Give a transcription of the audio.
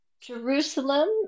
Jerusalem